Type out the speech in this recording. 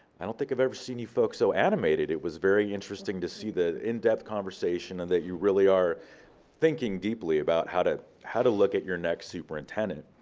i don't think i've ever seen you folks so animated. it was very interesting to see, the in depth conversation and that you really are thinking deeply about how to how to look at your next superintendent.